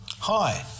Hi